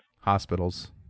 Hospitals